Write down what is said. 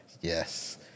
Yes